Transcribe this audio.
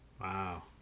Wow